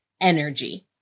energy